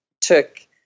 took